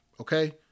okay